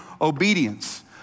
obedience